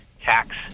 tax